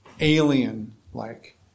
Alien-like